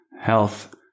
health